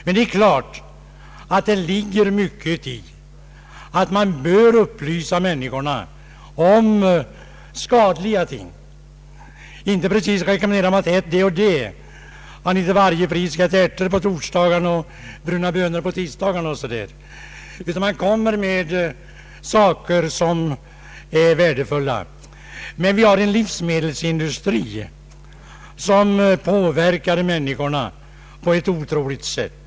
Men det är klart att det ligger mycket i att människorna bör upplysas om skadliga ting — inte precis så att man rekommenderar folk att äta den eller den maten; att man till varje pris skall äta ärter på torsdagarna och bruna bönor på tisdagarna. I stället får man försöka upplysa om saker som är värdefulla. Vi har emellertid en livsmedelsindustri som påverkar människorna på ett otroligt sätt.